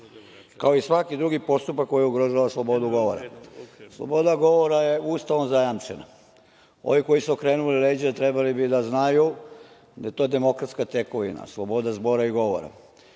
i svaki drugi posao koji ugrožava slobodu govora. Sloboda govora je ustavno zajamčena. Ovi koji su okrenuli leđa, trebali bi da znaju da je to demokratska tekovina. Sloboda zbora i govora.